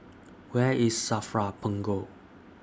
Where IS SAFRA Punggol